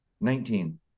nineteen